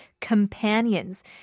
companions